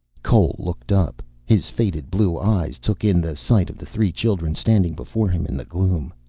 cole looked up. his faded blue eyes took in the sight of the three children standing before him in the gloom.